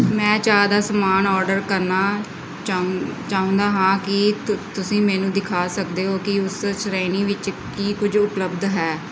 ਮੈਂ ਚਾਹ ਦਾ ਸਮਾਨ ਔਡਰ ਕਰਨਾ ਚਾਹੁੰ ਚਾਹੁੰਦਾ ਹਾਂ ਕੀ ਤੁ ਤੁਸੀਂ ਮੈਨੂੰ ਦਿਖਾ ਸਕਦੇ ਹੋ ਕਿ ਉਸ ਸ਼੍ਰੇਣੀ ਵਿੱਚ ਕੀ ਕੁਝ ਉਪਲੱਬਧ ਹੈ